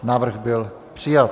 Návrh byl přijat.